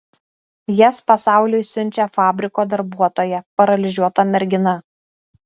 jas pasauliui siunčia fabriko darbuotoja paralyžiuota mergina